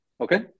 Okay